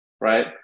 right